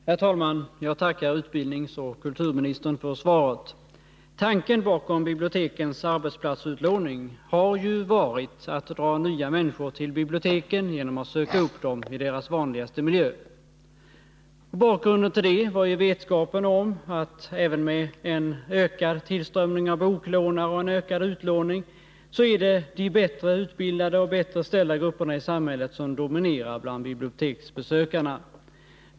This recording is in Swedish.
Herr talman! Jag tackar utbildningsoch kulturministern för svaret. Tanken bakom bibliotekens arbetsplatsutlåning har ju varit att man skulle dra nya människor till biblioteken genom att söka upp dem i deras vanligaste miljö. Bakgrunden var ju vetskapen om att det även med en ökad tillströmning av boklånare och en ökad utlåning är de bättre utbildade och bättre ställda grupperna i samhället som dominerar bland biblioteksbesökarna.